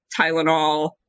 Tylenol